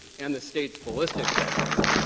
and the state's ballistics expert,